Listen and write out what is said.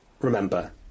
remember